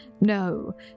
No